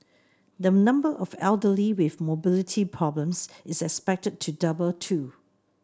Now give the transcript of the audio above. the number of elderly with mobility problems is expected to double too